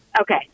Okay